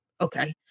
Okay